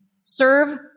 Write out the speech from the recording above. serve